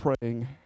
praying